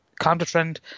counter-trend